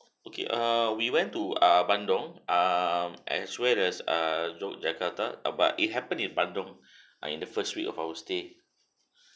okay err we went to err bandung um as well as err jo~ jakarta uh but it happen in bandung ah in the first week of our stay